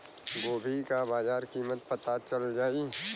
गोभी का बाजार कीमत पता चल जाई?